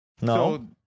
No